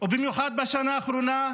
ובמיוחד בשנה האחרונה,